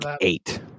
eight